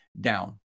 down